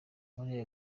muri